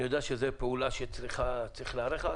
אני יודע שזו פעולה שצריך להיערך לה,